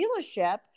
dealership